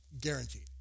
guaranteed